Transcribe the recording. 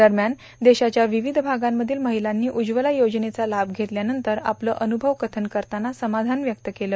दरम्यान देशाच्या विविष षागांमधील महिलांनी उज्वला योजनेचा लाम षेतल्यानंतर आपलं अनुषव कथन करताना समाधान व्यक्त केलं